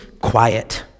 quiet